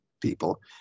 people